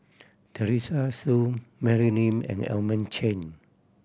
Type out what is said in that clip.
Teresa Hsu Mary Lim and Edmund Chen